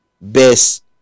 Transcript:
best